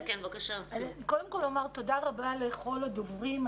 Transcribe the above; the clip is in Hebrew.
אני רוצה לומר תודה רבה לכל הדוברים.